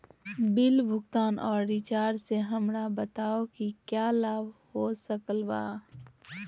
Bill भुगतान और recharge से हमरा बताओ कि क्या लाभ हो सकल बा?